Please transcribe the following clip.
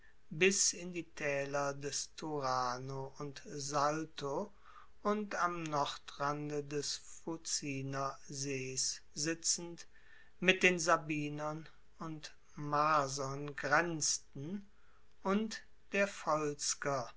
bis in die taeler des turano und salto und am nordrande des fuciner sees sitzend mit den sabinern und marsern grenzten und der